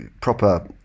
proper